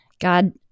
God